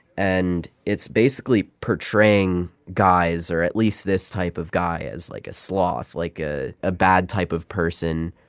and it's basically portraying guys, or at least this type of guy, as, like, a sloth, like, ah a bad type of person,